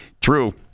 True